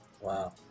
wow